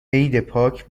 عیدپاک